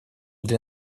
для